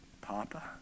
papa